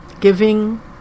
giving